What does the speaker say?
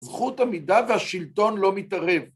זכות עמידה והשלטון לא מתערב.